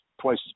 twice